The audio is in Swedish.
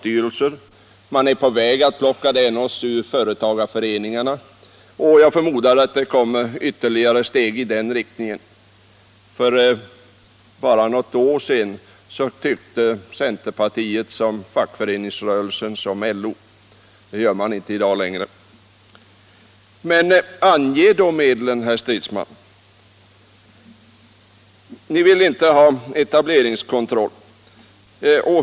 Vidare är man på väg att plocka bort oss ur företagareföreningarna. Och jag förmodar att det kommer ytterligare steg i den riktningen. För bara något år sedan tyckte centerpartiet som fackföreningsrörelsen och LO. Det gör man inte i dag. Men ange då medlen, herr Stridsman. Ni vill inte ha etableringskontroll.